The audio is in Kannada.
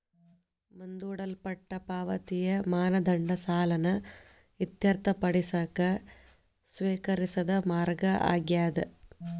ಮುಂದೂಡಲ್ಪಟ್ಟ ಪಾವತಿಯ ಮಾನದಂಡ ಸಾಲನ ಇತ್ಯರ್ಥಪಡಿಸಕ ಸ್ವೇಕರಿಸಿದ ಮಾರ್ಗ ಆಗ್ಯಾದ